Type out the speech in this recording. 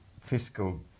fiscal